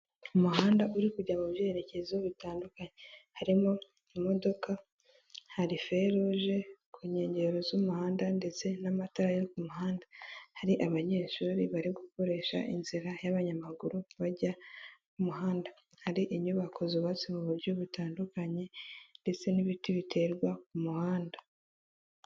Umuhanda uri kujya mu byerekezo bitandukanye harimo imodoka, hari feruje ku nkengero z'umuhanda ndetse n'amatara yo ku muhanda. Hari abanyeshuri bari gukoresha inzira y'abanyamaguru bajya mu muhanda, hari inyubako zubatse mu buryo butandukanye ndetse n'ibiti biterwa ku muhanda.